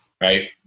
right